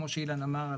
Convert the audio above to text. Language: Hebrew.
כמו שאילן אמר,